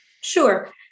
Sure